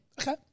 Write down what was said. Okay